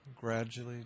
Gradually